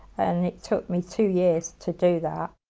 and it took me two years to do that.